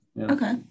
Okay